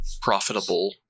profitable